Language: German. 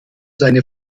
seine